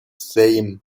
sejm